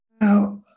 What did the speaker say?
Now